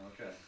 Okay